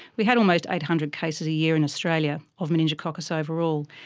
we had almost eight hundred cases a year in australia of meningococcus overall,